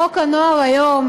חוק הנוער היום,